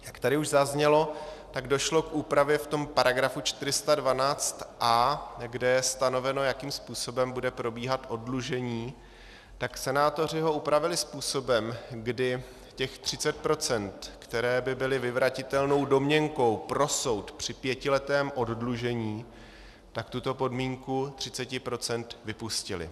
Jak tady už zaznělo, tak došlo k úpravě v § 412a, kde je stanoveno, jakým způsobem bude probíhat oddlužení, tak senátoři ho upravili způsobem, kdy těch 30 %, která by byla vyvratitelnou domněnkou pro soud při pětiletém oddlužení, tak tuto podmínku 30 % vypustili.